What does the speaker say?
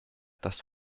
das